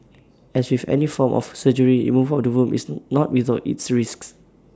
as with any form of surgery removal of the womb is not without its risks